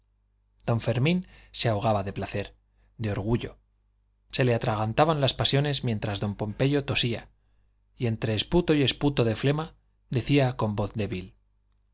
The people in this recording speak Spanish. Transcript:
don fermín se ahogaba de placer de orgullo se le atragantaban las pasiones mientras don pompeyo tosía y entre esputo y esputo de flema decía con voz débil